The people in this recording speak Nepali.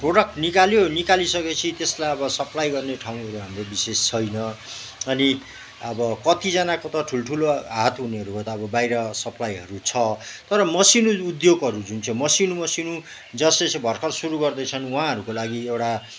प्रडक्ट निकाल्यो निकालिसकेपछि त्यसलाई अब सप्लाई गर्ने ठाउँहरू हामीले विशेष छैन अनि अब कतिजनाको त ठुल्ठुलो हात हुनेहरूको त बाहिर सप्लाईहरू छ तर मसिनो उद्योगहरू जुन चाहिँ मसिनो मसिनो जसले चाहिँ भर्खर सुरू गर्दैछन् उहाँहरूको लागि एउटा